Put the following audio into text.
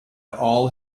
all